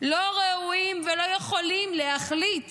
לא ראויים ולא יכולים להחליט